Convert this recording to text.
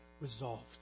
resolved